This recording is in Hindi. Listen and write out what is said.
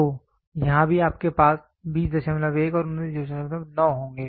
तो यहां भी आपके पास 201 और 199 होंगे